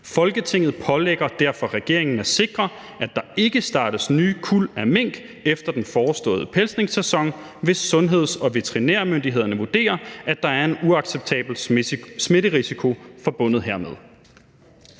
Folketinget pålægger derfor regeringen at sikre, at der ikke startes nye kuld af mink efter den forestående pelsningssæson, hvis sundheds- og veterinærmyndighederne vurderer, at der er en uacceptabel smitterisiko forbundet hermed.«